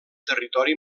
territori